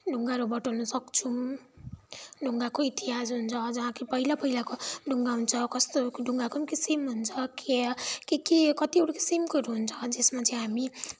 ढुङ्गाहरू बटुल्न सक्छौँ ढुङ्गाको इतिहास हुन्छ जहाँ कि पहिला पहिलाको ढुङ्गा हुन्छ कस्तो ढुङ्गाको पनि किसिम हुन्छ के के के कतिवटा किसिमकोहरू हुन्छ जसमा चाहिँ हामी